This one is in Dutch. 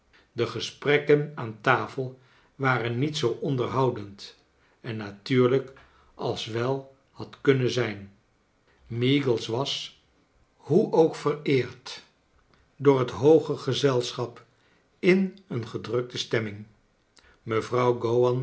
de gesprekken aan tafel waren niet zoo onderboudend en natuurlijk als wel bad kunnen zijn meagles was charles dickens hoe ook vereerd door liet hooge gez els chap in een gedrukte stemming mevrouw